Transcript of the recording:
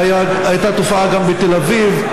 והייתה תעמולה גם בתל אביב.